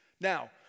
Now